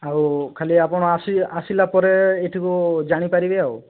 ଆଉ ଖାଲି ଆପଣ ଆସି ଆସିଲା ପରେ ଏଠିକୁ ଜାଣିପାରିବେ ଆଉ